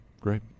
Great